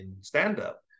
stand-up